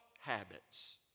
habits